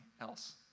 else